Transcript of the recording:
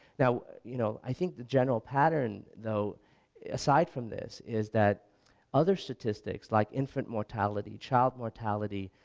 now you know i think the general pattern though aside from this is that other statistics like infant mortality, child mortality,